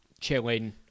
chilling